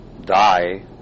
die